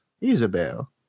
Isabel